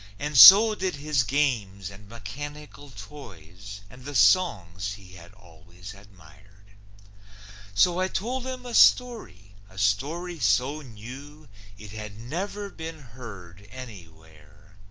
and so did his games and mechanical toys, and the songs he had always admired so i told him a story, a story so new it had never been heard anywhere